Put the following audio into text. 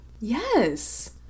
Yes